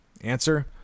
Answer